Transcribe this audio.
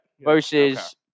versus